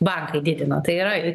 bankai didina tai yra